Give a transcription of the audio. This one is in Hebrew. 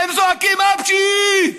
והם זועקים אפצ'י.